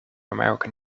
american